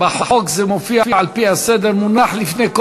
גברתי היושבת-ראש,